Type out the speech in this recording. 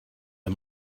the